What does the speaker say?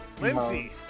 Lindsay